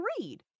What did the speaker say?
read